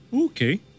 Okay